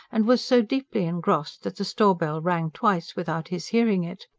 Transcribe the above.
and was so deeply engrossed that the store-bell rang twice without his hearing it.